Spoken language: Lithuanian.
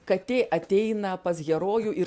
katė ateina pas herojų ir